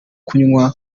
kunywa